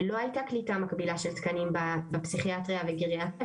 לא הייתה קליטה מקבילה של תקנים בתחום הפסיכיאטריה ובתחום הגריאטריה,